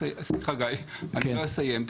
סליחה, גיא, אני לא אסיים.